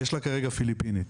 יש לה כרגע פיליפינית.